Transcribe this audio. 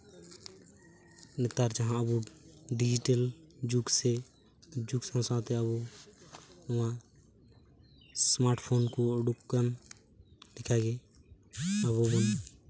ᱱᱮᱛᱟᱨ ᱡᱟᱦᱟᱸ ᱟᱵᱚ ᱰᱤᱡᱤᱴᱮᱞ ᱡᱩᱜᱽ ᱥᱮ ᱡᱩᱜᱽ ᱥᱟᱶ ᱥᱟᱶᱛᱮ ᱟᱵᱚ ᱱᱚᱣᱟ ᱮᱥᱢᱟᱴ ᱯᱷᱳᱱ ᱠᱚ ᱩᱰᱩᱠ ᱠᱟᱱ ᱞᱮᱠᱟ ᱜᱮ ᱟᱵᱚ ᱵᱚᱱ